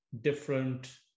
different